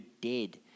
dead